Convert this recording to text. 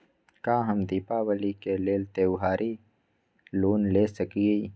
का हम दीपावली के लेल त्योहारी लोन ले सकई?